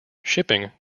shipping